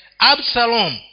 Absalom